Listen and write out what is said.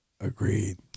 Agreed